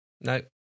No